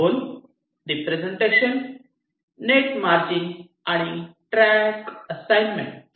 zone representation net merging आणि track assignment